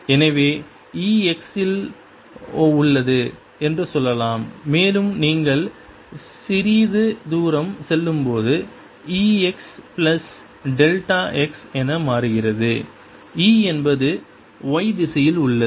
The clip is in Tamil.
எனவே E x இல் உள்ளது என்று சொல்லலாம் மேலும் நீங்கள் சிறிது தூரம் செல்லும்போது E x plus delta x என மாறுகிறது E என்பது y திசையில் உள்ளது